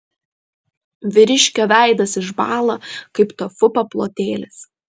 vyriškio veidas išbąla kaip tofu paplotėlis